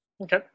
Okay